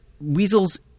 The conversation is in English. Weasel's